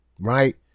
right